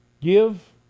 give